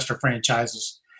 franchises